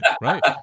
right